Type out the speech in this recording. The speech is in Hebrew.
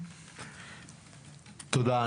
תודה.